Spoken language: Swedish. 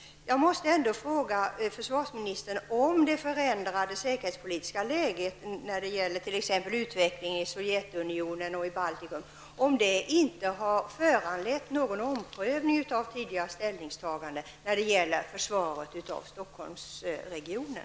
Jag måste fråga: Har inte det förändrade säkerhetspolitiska läget när det gäller utvecklingen i Sovjetunionen och Baltikum föranlett någon omprövning av tidigare ställningstaganden när det gäller försvaret av Stockholmsregionen?